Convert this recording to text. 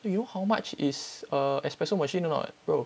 you know how much is a expresso machine or not bro